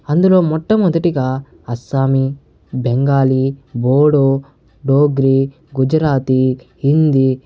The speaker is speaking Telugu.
అందులో మొట్టమొదటిగా అస్సామీ బెంగాలీ బోడో డోగ్రి గుజరాతి హిందీ